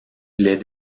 les